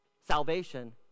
Salvation